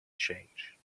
change